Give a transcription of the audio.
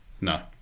No